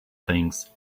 things